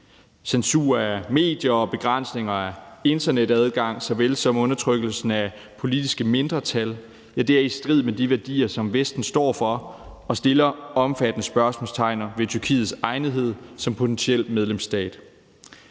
Censur af medier og begrænsninger af internetadgang såvel som undertrykkelsen af politiske mindretal er i strid med de værdier, som Vesten står for, og sætter et stort spørgsmålstegn ved Tyrkiets egnethed som potentiel medlemsstat.